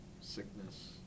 sickness